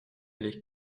les